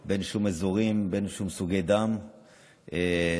בין אזורים, בין סוגי דם ומעמדות.